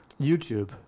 YouTube